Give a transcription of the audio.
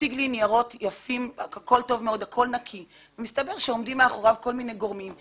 שיציג לי ניירות יפים אבל יסתבר שעומדים מאחוריו כל מיני גורמים.